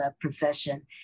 profession